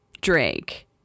Drake